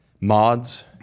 mods